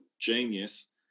genius